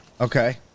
Okay